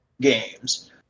games